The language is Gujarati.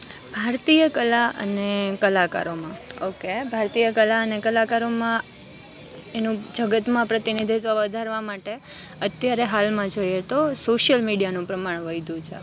ભારતીય કલા અને કલાકરોમાં ઓકે ભારતીય કલા અને કલાકરોમાં એનું જગતમાં પ્રતિનિધિત્વ વધારવા માટે અત્યારે હાલમાં જોઈએ તો સોશ્યલ મીડિયાનું પ્રમાણ વઈધુ છે